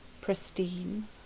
pristine